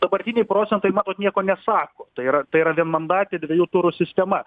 dabartiniai procentai nieko nesako tai yra tai yra vienmandatė dviejų turų sistema